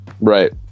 right